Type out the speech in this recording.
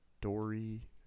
Dory